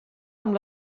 amb